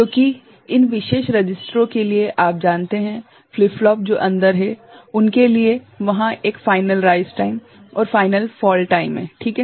क्योंकि इन विशेष रजिस्टरों के लिए या आप जानते हैं फ्लिप फ्लॉप जो अंदर है उनके लिए वहाँ एक फाइनाइट राइस टाइम और फाइनाइट फॉल टाइम हैं ठीक है